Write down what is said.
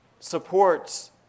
supports